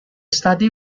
study